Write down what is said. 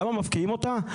למה מפקיעים אותה?